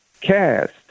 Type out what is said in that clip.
cast